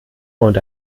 und